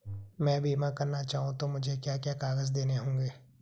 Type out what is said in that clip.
मैं बीमा करना चाहूं तो मुझे क्या क्या कागज़ देने होंगे?